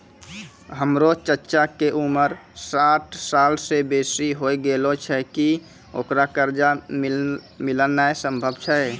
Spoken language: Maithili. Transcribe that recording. हमरो चच्चा के उमर साठ सालो से बेसी होय गेलो छै, कि ओकरा कर्जा मिलनाय सम्भव छै?